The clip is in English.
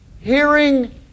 Hearing